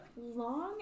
Long